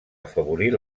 afavorir